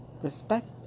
respect